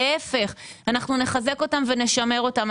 להפך, אנחנו נחזק אותם ונשמר אותם.